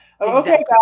Okay